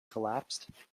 collapsed